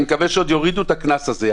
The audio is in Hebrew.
אני מקווה שעוד יורידו את הקנס הזה,